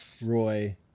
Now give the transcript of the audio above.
Roy